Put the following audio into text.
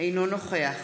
אינו נוכח